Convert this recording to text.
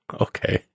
okay